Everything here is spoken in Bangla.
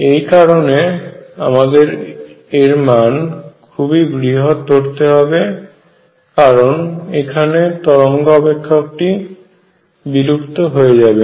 এই কারণে আমাদের এর মান খুবই বৃহৎ ধরতে হবে কারণ এখানে তরঙ্গ অপেক্ষকটি বিলুপ্ত হয়ে যাবে